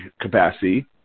capacity